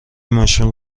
ماشین